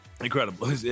incredible